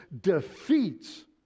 defeats